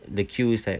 the queue is like